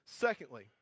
Secondly